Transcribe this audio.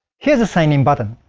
here's the sign in button.